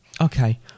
okay